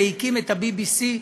והקים את ה"BBC",